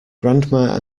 grandma